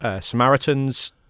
Samaritans